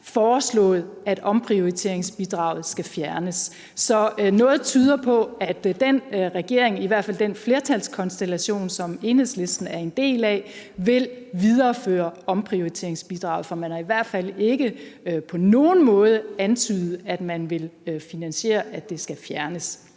foreslået, at omprioriteringsbidraget skal fjernes. Så noget tyder på, at den regering, i hvert fald den flertalskonstellation, som Enhedslisten er en del af, vil videreføre omprioriteringsbidraget, for man har i hvert fald ikke på nogen måde antydet, at man vil finansiere, at det skal fjernes.